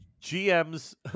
GM's